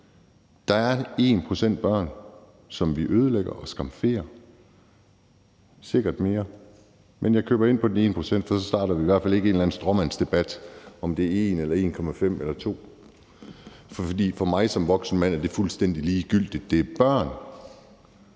Der er 1 pct. af børnene, som vi ødelægger og skamferer, og sikkert mere, men jeg køber ind på den ene procent, for så starter vi i hvert fald ikke en eller anden stråmandsdebat, om det er 1 pct. eller 1,5 pct. eller 2 pct., for for mig som voksen mand er det fuldstændig ligegyldigt. Det er børn,